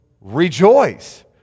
rejoice